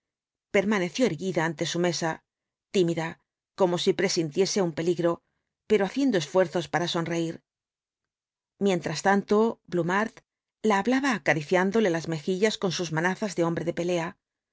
permaneció erguida ante su mesa tímida como si presintiese un peligro pero haciendo esfuerzos para sonreír mientras tanto blumhardt la hablaba acariciándole las mejillas con sus manazas de hombre de pelea a